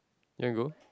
you want to go